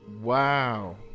Wow